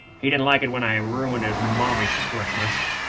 he didn't like it when i ruined his mommy's christmas.